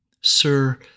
Sir